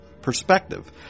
perspective